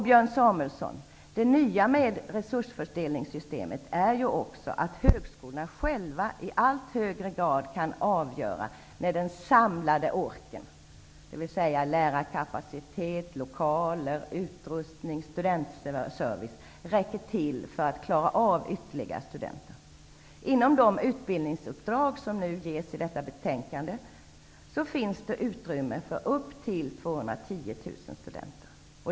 Björn Samuelson, det nya med resursfördelningssystemet är ju också att högskolorna själva i allt högre grad kan avgöra när den samlade orken, dvs. lärarkapacitet, lokaler, utrustning, studentservice, räcker till för att klara av ytterligare studenter. Inom de utbildningsuppdrag som nu ges i detta betänkande finns det utrymme för upp till 210 000 studenter.